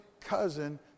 cousin